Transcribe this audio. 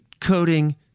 coding